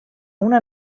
una